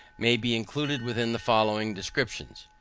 may be included within the following descriptions.